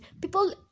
people